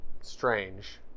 strange